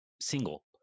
single